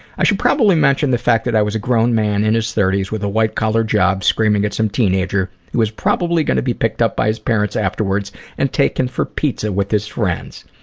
i should probably mention the fact that i was a grown man in his thirty s with a white-collar job screaming at some teenager who was probably going to be picked up by his parents afterwards and taken for pizza with his friends.